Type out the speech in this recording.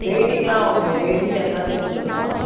வெய்ட்டிங்லாம் ஒன்னு வெய்ட்டிங் சார்ஜ்லாம் சேர்த்து சொல்லணுமா